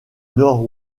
nord